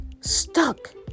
Stuck